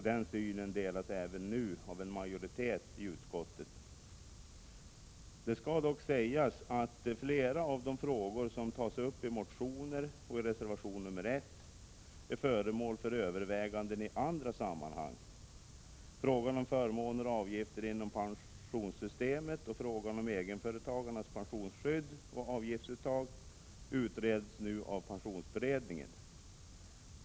Denna syn delas även nu av en majoritet i utskottet. Det skall dock sägas att flera av de frågor som tas upp i motioner och i reservation nr 1 är föremål för överväganden i andra sammanhang. Frågan om förmåner och avgifter inom pensionssystemet och frågan om egenföretagarnas pensionsskydd och avgiftsuttag utreds nu av pensionsberedningen.